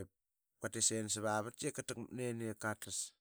ip qatit sava vatki i qa tal ini ip katas